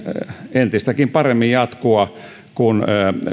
entistäkin paremmin jatkua kun